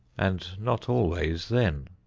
and not always then.